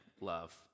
love